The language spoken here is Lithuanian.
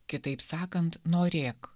kitaip sakant norėk